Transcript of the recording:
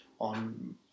on